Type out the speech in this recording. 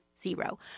zero